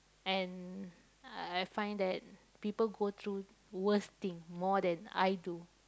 and I find that people go through worse thing more than I do